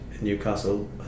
Newcastle